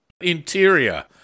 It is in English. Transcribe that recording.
Interior